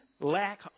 lack